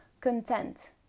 content